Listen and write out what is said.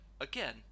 again